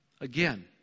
Again